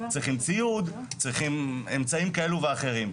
צריכים ציוד, צריכים אמצעיים כאלו ואחרים.